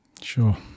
Sure